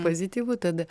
pozityvu tada